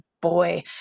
Boy